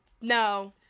No